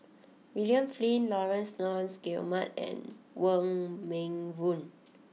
William Flint Laurence Nunns Guillemard and Wong Meng Voon